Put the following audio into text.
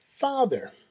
Father